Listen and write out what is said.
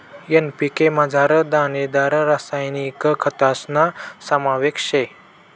NPK मझार दानेदार रासायनिक खतस्ना समावेश शे